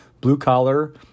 blue-collar